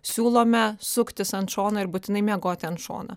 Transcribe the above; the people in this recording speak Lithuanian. siūlome suktis ant šono ir būtinai miegoti ant šono